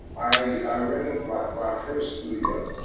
i rented my first studio,